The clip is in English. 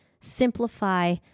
simplify